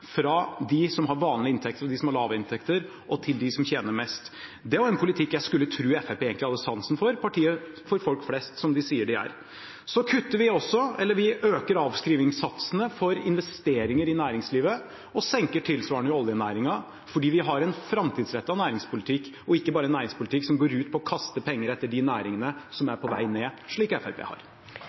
fra dem som har vanlige inntekter, og dem som har lave inntekter, til dem som tjener mest. Det er en politikk som jeg skulle tro Fremskrittspartiet egentlig hadde sansen for – partiet for folk flest, som de sier de er. Så øker vi også avskrivningssatsene for investeringer i næringslivet og senker tilsvarende i oljenæringen fordi vi har en framtidsrettet næringspolitikk og ikke bare en næringspolitikk som går ut på å kaste penger etter de næringene som er på vei ned, slik Fremskrittspartiet har.